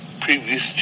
previous